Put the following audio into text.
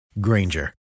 Granger